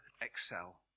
excel